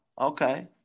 okay